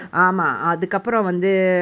file for the ஆமா:aamaa